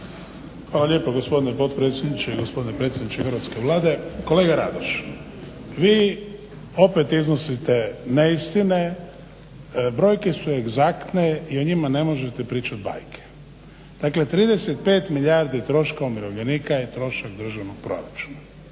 Hvala lijepo gospodine potpredsjedniče i gospodine predsjedniče Hrvatske Vlade. Kolega Radoš, vi opet iznosite neistine, brojke su egzaktne i o njima ne možete pričati bajke. Dakle, 35 milijardi troška umirovljenika je trošak državnog proračuna.